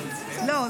בסדר.